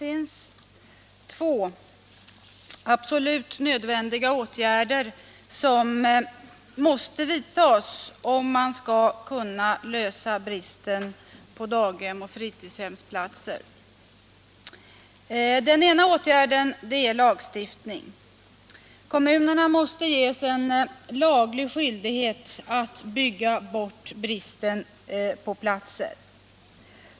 Herr talman! Det finns två åtgärder som är absolut nödvändiga om man skall kunna lösa bristen på daghems och fritidshemsplatser. Den ena åtgärden är lagstiftning. Kommunerna måste i lag åläggas att bygga bort bristen på platser.